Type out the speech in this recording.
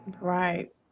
Right